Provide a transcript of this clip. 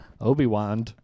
Obi-Wan